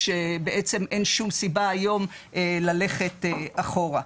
כשבעצם אין שום סיבה היום ללכת אחורה.